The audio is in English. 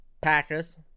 Packers